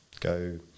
go